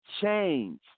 change